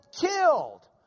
killed